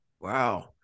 wow